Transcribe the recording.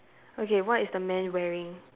okay what is the man wearing